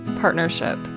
partnership